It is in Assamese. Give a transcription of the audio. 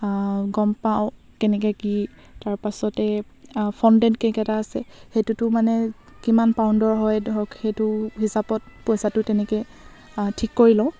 গম পাওঁ কেনেকৈ কি তাৰপাছতে ফণ্ডেণ্ট কে'ক এটা আছে সেইটোতো মানে কিমান পাউণ্ডৰ হয় ধৰক সেইটো হিচাপত পইচাটো তেনেকৈ ঠিক কৰি লওঁ